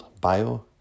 bio